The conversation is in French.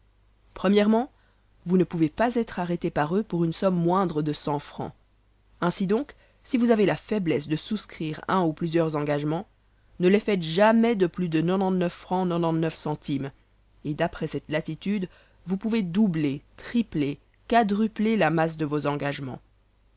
o vous ne pouvez pas être arrêté par eux pour une somme moindre de fr ainsi donc si vous avez la faiblesse de souscrire un ou plusieurs engagemens ne les faites jamais de plus de fr cent et d'après cette latitude vous pouvez doubler tripler quadrupler la masse de vos engagemens